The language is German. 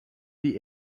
die